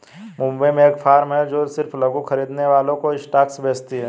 मुंबई में एक फार्म है जो सिर्फ लघु खरीदने वालों को स्टॉक्स बेचती है